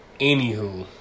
Anywho